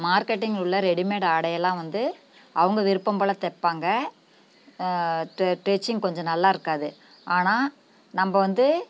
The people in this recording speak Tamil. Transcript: மார்க்கெட்டிங் உள்ள ரெடிமேட் ஆடையெல்லாம் வந்து அவங்க விரும்பம்போல் தைப்பாங்க ட்ரிச்சிங் கொஞ்சம் நல்லா இருக்காது ஆனால் நம்ம வந்து